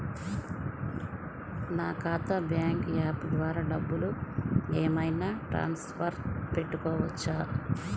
నా ఖాతా bank app ద్వారా డబ్బులు ఏమైనా ట్రాన్స్ఫర్ పెట్టుకోవచ్చా?